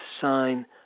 sign